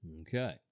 Okay